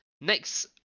Next